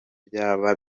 byaba